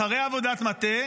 אחרי עבודת מטה,